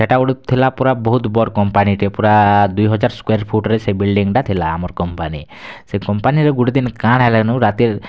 ସେଇଟା ଗୋଟେ ଥିଲା ପୁରା ବହୁତ ବଡ଼ କମ୍ପାନୀଟେ ପୁରା ଦୁଇ ହଜାର ସ୍କୋୟାର୍ ଫୁଟ୍ରେ ସେ ବିଲ୍ଡ଼ିଂଟା ଥିଲା ଆମର କମ୍ପାନୀ ସେ କମ୍ପାନୀରେ ଗୋଟେ ଦିନ୍ କାଁଣ ହେଲାନୁ ରାତି